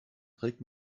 trägt